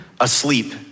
asleep